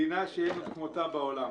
מדינה שאין כמותה בעולם.